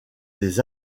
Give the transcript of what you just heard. des